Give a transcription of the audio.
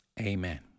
Amen